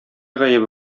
гаебе